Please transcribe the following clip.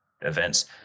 events